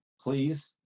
Please